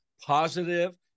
positive